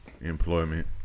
employment